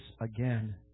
again